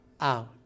out